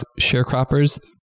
sharecroppers